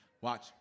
Watch